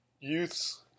youths